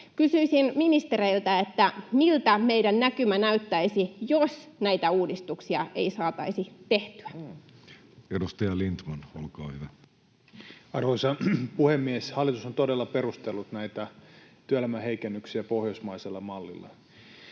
Kysyisin ministereiltä: miltä meidän näkymä näyttäisi, jos näitä uudistuksia ei saataisi tehtyä? Edustaja Lindtman, olkaa hyvä. Arvoisa puhemies! Hallitus on todella perustellut näitä työelämän heikennyksiä pohjoismaisella mallilla.